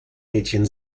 mädchen